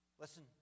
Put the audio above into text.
Listen